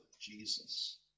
Jesus